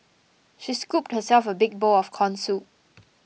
she scooped herself a big bowl of Corn Soup